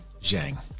Zhang